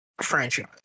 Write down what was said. Franchise